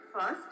first